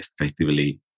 effectively